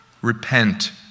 repent